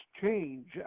change